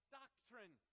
doctrine